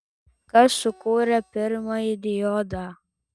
kas sukūrė pirmąjį diodą